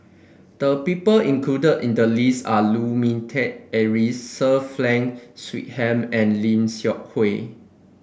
the people included in the list are Lu Ming Teh Earl Sir Frank Swettenham and Lim Seok Hui